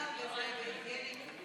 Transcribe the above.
לסעיף 1 לא נתקבלה.